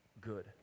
good